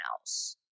else